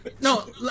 No